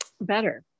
Better